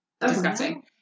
Disgusting